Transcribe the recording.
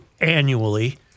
annually